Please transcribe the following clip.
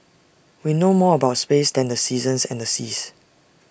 we know more about space than the seasons and the seas